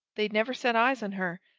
they'd never set eyes on her,